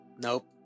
nope